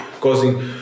causing